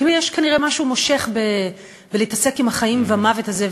כאילו יש כנראה משהו מושך בלהתעסק עם החיים והמוות הזה,